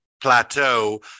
plateau